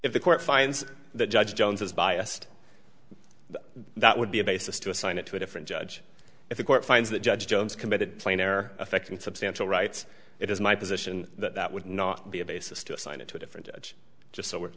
if the court finds that judge jones is biased that would be a basis to assign it to a different judge if the court finds that judge jones committed plainer affecting substantial rights it is my position that that would not be a basis to assign it to a different judge just so we